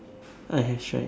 I have tried